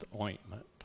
ointment